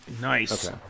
Nice